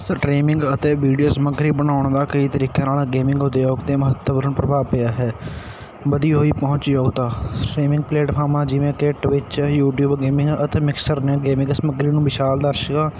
streaming ਅਤੇ video ਸਮੱਗਰੀ ਬਣਾਉਣ ਦਾ ਕਈ ਤਰੀਕਿਆਂ ਨਾਲ ਗੇਮਿੰਗ ਉਦਯੋਗ 'ਤੇ ਮਹੱਤਵਪੂਰਨ ਪ੍ਰਭਾਵ ਪਿਆ ਹੈ ਵਧੀ ਹੋਈ ਪਹੁੰਚ ਯੋਗਤਾ ਸਟ੍ਰੀਮਿੰਗ ਪਲੇਟਫਾਰਮਾਂ ਜਿਵੇਂ ਕਿ ਟਵਿੱਚ ਯੂਟਿਊਬ ਗੇਮਿੰਗ ਅਤੇ ਮਿਕਸਰ ਨੇ ਗੇਮਿੰਗ ਸਮੱਗਰੀ ਨੂੰ ਵਿਸ਼ਾਲ ਦਰਸ਼ਕ